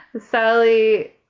Sally